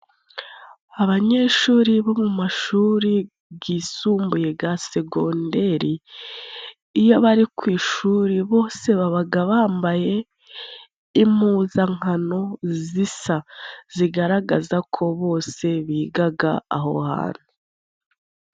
Abanyeshuri bo mu mashuri gisumbuye ga segonderi iyo bari ku ishuri bose babaga bambaye impuzankano zisa zigaragaza ko bose bigaga aho hantu.